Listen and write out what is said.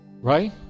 right